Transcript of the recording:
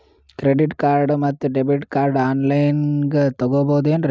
Credit card ಮತ್ತು debit card on ಲೈನಾಗ್ ತಗೋಬಹುದೇನ್ರಿ?